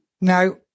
Now